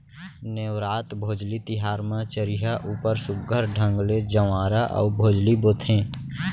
नेवरात, भोजली तिहार म चरिहा ऊपर सुग्घर ढंग ले जंवारा अउ भोजली बोथें